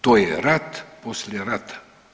To je rat poslije rata.